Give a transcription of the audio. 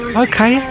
okay